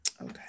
Okay